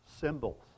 symbols